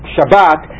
Shabbat